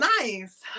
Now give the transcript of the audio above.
nice